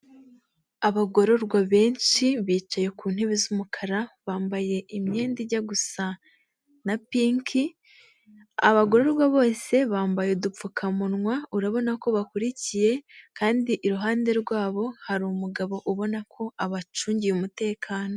Abagororwa benshi bicaye ku ntebe z'umukara bambaye imyenda ijya gusa na pinki, abagororwa bose bambaye udupfukamunwa urabona ko bakurikiye kandi iruhande rwabo hari umugabo ubona ko abacungiye umutekano.